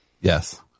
Yes